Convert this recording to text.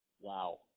Wow